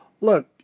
look